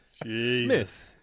Smith